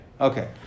Okay